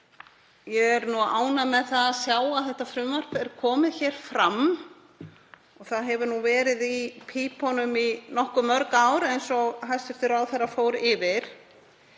ég er ánægð með að sjá að þetta frumvarp er komið hér fram. Það hefur nú verið í pípunum í nokkuð mörg ár eins og hæstv. ráðherra fór yfir.